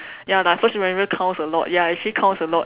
ya my first impression counts a lot ya actually counts a lot